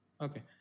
Okay